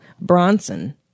Bronson